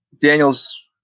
Daniel's